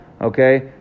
Okay